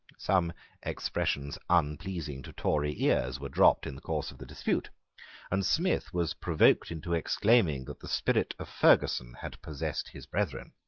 some expressions unpleasing to tory ears were dropped in the course of the dispute and smith was provoked into exclaiming that the spirit of ferguson had possessed his brethren.